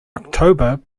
october